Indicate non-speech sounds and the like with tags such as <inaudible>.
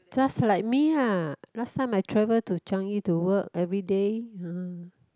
just like me uh last time I travel to Changi to work everyday <noise>